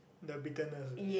the bitterness ah